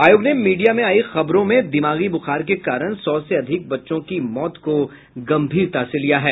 आयोग ने मीडिया में आयी खबरों में दिमागी बुखार के कारण सौ से अधिक बच्चों की मौत को गंभीरता से लिया है